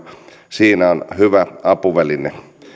siinä on hyvä apuväline